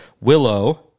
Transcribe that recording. Willow